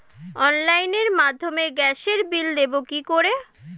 অনলাইনের মাধ্যমে গ্যাসের বিল দেবো কি করে?